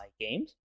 games